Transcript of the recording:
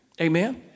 Amen